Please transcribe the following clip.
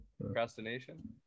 Procrastination